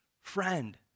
friend